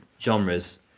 genres